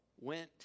went